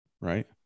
right